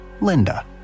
Linda